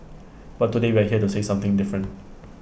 but today we're here to say something different